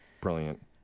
brilliant